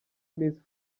miss